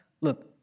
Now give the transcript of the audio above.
Look